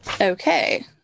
Okay